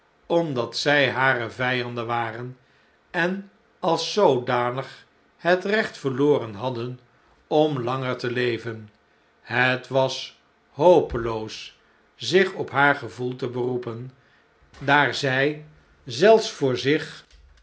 omdat zij hare vijanden waren en als zoodanig het recht verloren hadden om langer te leven het wa hopeloos zich op haar gevoel te beroepen daar zij zelfs voor zich